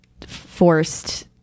forced